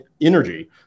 energy